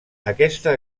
aquesta